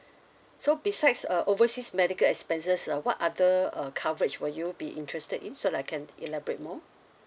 so besides uh overseas medical expenses uh what other uh coverage will you be interested in so I can elaborate more